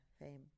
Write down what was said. fame